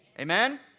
Amen